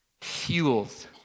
fuels